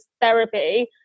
therapy